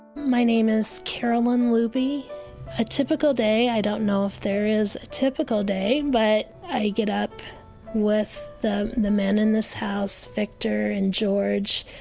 my name is carolyn luebe. a typical day i don't know if there is a typical day but i get up with the the men in this house victor and george,